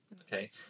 Okay